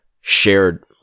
shared